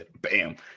bam